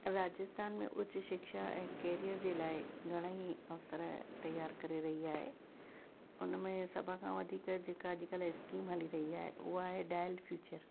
राजस्थान में ऊच शिक्षा ऐं केरियर जे लाइ घणेई अवसर तयार करे रही आहे हुन में सभु खां वधीक जेका अॼुकल्ह स्किम हली रही आहे उहा आहे डाइल फ्यूचर